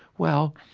well,